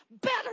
better